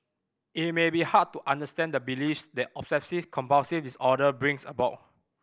it may be hard to understand the beliefs that obsessive compulsive disorder brings about